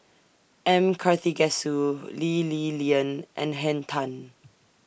M Karthigesu Lee Li Lian and Henn Tan